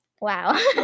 Wow